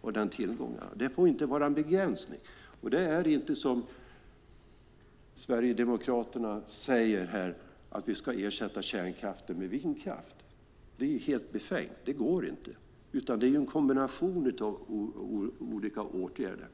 och de tillgångar som vi har. Det får inte vara en begränsning. Det är inte så som Sverigedemokraterna säger här, att vi ska ersätta kärnkraften med vindkraft - det är helt befängt och går inte - utan det handlar om en kombination av olika åtgärder.